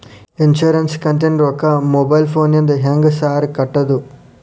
Insurance ಕಂತಿನ ರೊಕ್ಕನಾ mobile ಫೋನಿಂದ ಹೆಂಗ್ ಸಾರ್ ಕಟ್ಟದು?